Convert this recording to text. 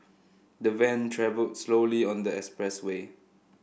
the van travelled slowly on the expressway